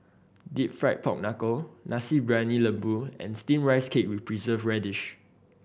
Deep Fried Pork Knuckle Nasi Briyani Lembu and Steamed Rice Cake with Preserved Radish